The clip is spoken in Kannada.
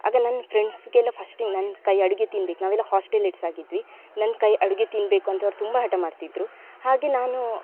ಆಗ ನನ್ನ ಫ್ರೆಂಡ್ಸಿಗೆಲ್ಲ ಫಸ್ಟು ನನ್ನ ಕೈ ಅಡುಗೆ ತಿನ್ಬೇಕು ನಾವೆಲ್ಲ ಹಾಸ್ಟೆಲ್ಮೇಟ್ಸ್ ಆಗಿದ್ವಿ ನನ್ನ ಕೈ ಅಡುಗೆ ತಿನ್ನಬೇಕು ಅಂತ ಅವ್ರು ತುಂಬ ಹಠ ಮಾಡ್ತಿದ್ದರು ಹಾಗೇ ನಾನು